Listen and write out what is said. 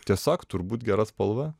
tiesiog turbūt gera spalva